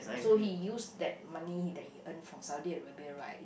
so he used that money that he earn from Saudi Arabia right